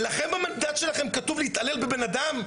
במנדט שלכם כתוב להתעלל בבן אדם?